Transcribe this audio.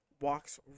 walks